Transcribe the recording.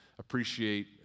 appreciate